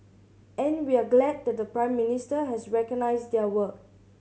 and we're glad that the Prime Minister has recognised their work